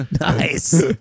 Nice